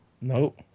Nope